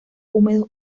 húmedo